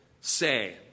say